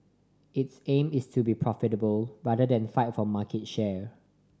its aim is to be profitable rather than fight for market share